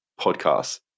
podcasts